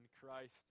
Christ